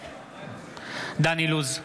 בעד דן אילוז,